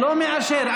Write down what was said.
לא מאשר.